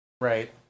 Right